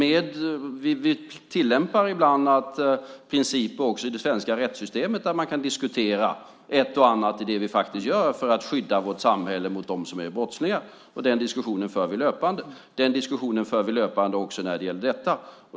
Vi tillämpar ibland principer också i det svenska rättssystemet som säger att man kan diskutera ett och annat i det vi faktiskt gör för att skydda vårt samhälle mot dem som är brottslingar, och den diskussionen för vi löpande. Den diskussionen för vi löpande också när det gäller detta.